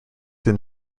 then